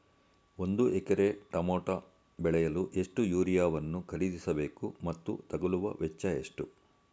ಒಂದು ಎಕರೆ ಟಮೋಟ ಬೆಳೆಯಲು ಎಷ್ಟು ಯೂರಿಯಾವನ್ನು ಖರೀದಿಸ ಬೇಕು ಮತ್ತು ತಗಲುವ ವೆಚ್ಚ ಎಷ್ಟು?